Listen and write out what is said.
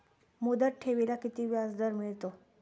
मुदत ठेवीला किती व्याजदर मिळतो?